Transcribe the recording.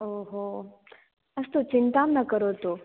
ओ हो अस्तु चिन्तां न करोतु